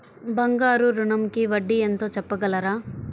బంగారు ఋణంకి వడ్డీ ఎంతో చెప్పగలరా?